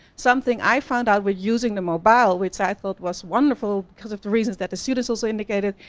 something i found out with using the mobile, which i thought was wonderful, because of the reasons that the students also indicated,